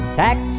tax